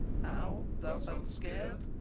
how, thus unscared,